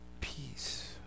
peace